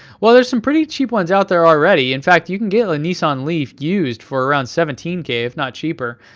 well there's some pretty cheap ones out there already. in fact, you can get a nissan leaf used for around seventeen k, if not cheaper.